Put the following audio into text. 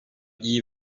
iyi